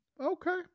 okay